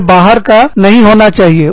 उसे बाहर का नहीं होना चाहिए